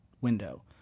window